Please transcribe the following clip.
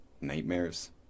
Nightmares